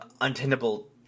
untenable